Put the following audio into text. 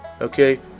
Okay